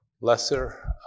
lesser